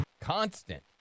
Constant